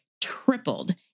tripled